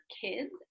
kids